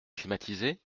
climatisée